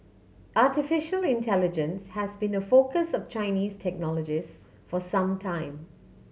artificial intelligence has been a focus of Chinese technologists for some time